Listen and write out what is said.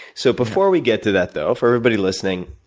so, before we get to that, though, for everybody listening,